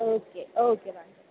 okay okay